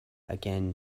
again